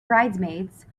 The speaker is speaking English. bridesmaids